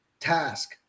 task